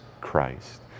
Christ